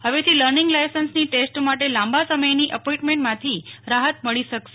હવેથી લર્નિંગ લાઇસન્સની ટેસ્ટ માટે લાંબા સમયની અપોઈન્ટમેન્ટમાંથી રાહત મળી શકશે